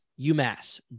UMass